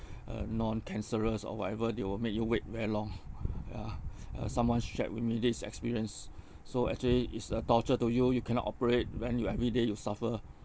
uh non cancerous or whatever they will make you wait very long ya uh someone shared with me this experience so actually is a torture to you you cannot operate then you every day you suffer